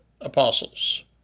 apostles